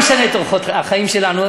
אנחנו לא נשנה את אורחות החיים שלנו.